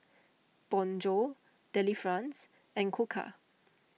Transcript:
Bonjour Delifrance and Koka